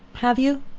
have you,